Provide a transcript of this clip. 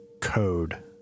code